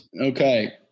Okay